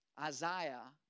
Isaiah